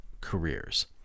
careers